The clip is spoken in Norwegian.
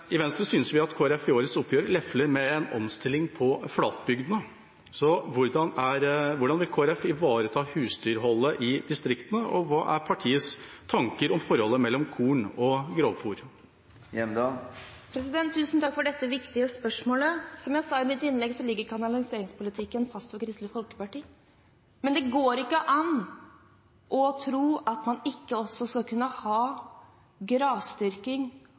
I Venstre synes vi at Kristelig Folkeparti i årets oppgjør lefler med en omstilling på flatbygdene. Hvordan vil Kristelig Folkeparti ivareta husdyrholdet i distriktene? Hva er partiets tanker om forholdet mellom korn og grovfôr? Tusen takk for dette viktige spørsmålet. Som jeg sa i mitt innlegg, ligger kanaliseringspolitikken fast for Kristelig Folkeparti. Men det går ikke an å tro at man ikke også skal kunne ha